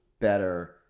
better